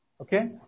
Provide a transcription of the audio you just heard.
Okay